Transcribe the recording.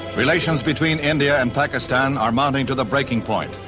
relations between india and pakistan are mounting to the breaking point,